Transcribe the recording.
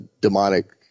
demonic